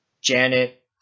Janet